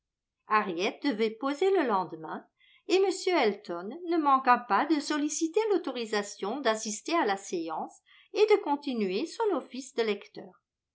devait poser le lendemain et m elton ne manqua pas de solliciter l'autorisation d'assister à la séance et de continuer son office de lecteur